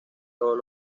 todos